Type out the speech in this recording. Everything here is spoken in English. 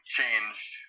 changed